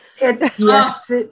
Yes